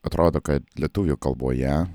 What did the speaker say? atrodo kad lietuvių kalboje